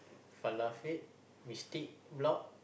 Falafet mystique block